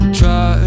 try